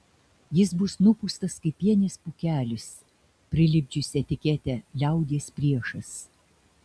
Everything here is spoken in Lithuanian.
jis bus nupūstas kaip pienės pūkelis prilipdžius etiketę liaudies priešas